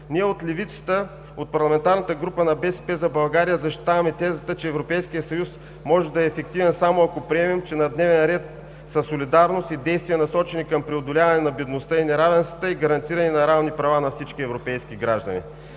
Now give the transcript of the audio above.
Ние от левицата, от парламентарната група на „БСП за България“, защитаваме тезата, че Европейският съюз може да е ефективен само ако приемем, че на дневен ред са солидарност и действия, насочени към преодоляване на бедността и неравенствата, и гарантиране на равни права на всички европейски граждани.